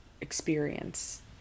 experience